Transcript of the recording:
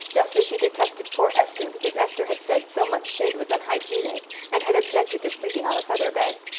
just as she detested poor esther because esther had said so much shade was unhygienic and had objected to sleeping on a feather bed.